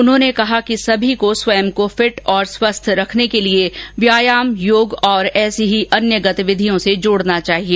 उन्होंने कहा कि सभी को स्वयं को फिट और स्वस्थ रखने के लिए व्यायाम योग और ऐसी ही अन्य गतिविधियों से जोड़ना चाहिए